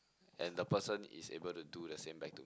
and the person is able to do the same back to